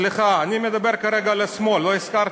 סליחה, אני מדבר כרגע על השמאל.